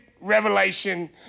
revelation